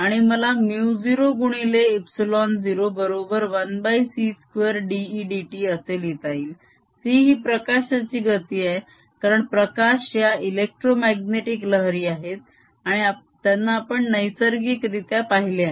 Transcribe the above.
आणि मला μ0 गुणिले ε0 बरोबर 1c2 dE dt असे लिहिता येईल c ही प्रकाशाची गती आहे कारण प्रकाश या एलेक्ट्रोमाग्नेटीक लहरी आहेत आणि त्यांना आपण नैसर्गिकरीत्या पाहिले आहे